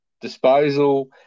disposal